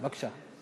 בבקשה.